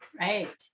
Right